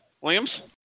Williams